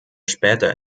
später